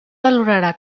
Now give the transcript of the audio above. valorarà